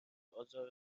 آزار